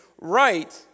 right